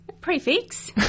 Prefix